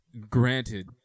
Granted